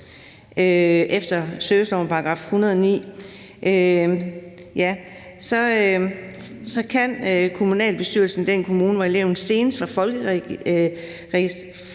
service ..., kan kommunalbestyrelsen i den kommune, hvor eleven senest var folkeregisteret,